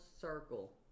circle